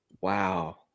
wow